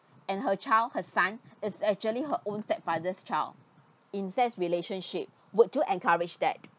and her child her son is actually her own stepfather's child in sense relationship would you encourage that